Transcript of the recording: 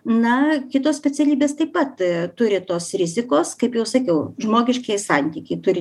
na kitos specialybės taip pat turi tos rizikos kaip jau sakiau žmogiškieji santykiai turi